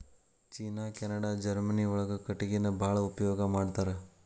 ಚೇನಾ Canada Germany ಒಳಗ ಕಟಗಿನ ಬಾಳ ಉಪಯೋಗಾ ಮಾಡತಾರ